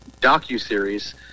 docu-series